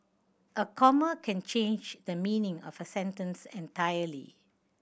a comma can change the meaning of a sentence entirely